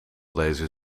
deze